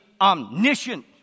omniscient